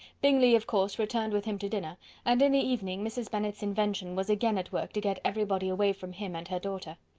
bingley of course returned with him to dinner and in the evening mrs. bennet's invention was again at work to get every body away from him and her daughter.